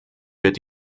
wird